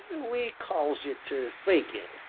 we calls it faking.